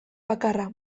bakarra